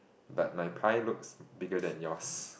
but my pie looks bigger than yours